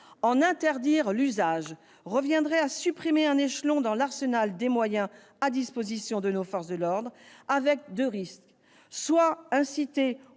En interdire l'usage reviendrait à supprimer un échelon dans l'arsenal des moyens à la disposition de nos forces de l'ordre, avec deux risques : inciter